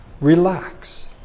relax